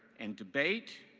and debate,